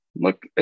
Look